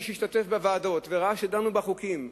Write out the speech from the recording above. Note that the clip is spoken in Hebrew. מי שהשתתף בוועדות וראה שדנו בחוקים,